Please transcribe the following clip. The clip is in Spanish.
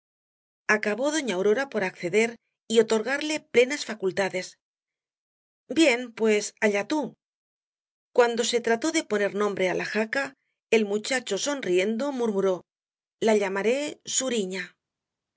acabó doña aurora por acceder y otorgarle plenas facultades bien pues allá tú cuando se trató de poner nombre á la jaca el muchacho sonriendo murmuró la llamaré suriña